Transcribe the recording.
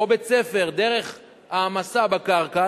או בית-ספר דרך העמסה בקרקע,